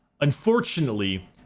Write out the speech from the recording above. unfortunately